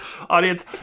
audience